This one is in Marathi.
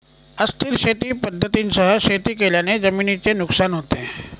अस्थिर शेती पद्धतींसह शेती केल्याने जमिनीचे नुकसान होते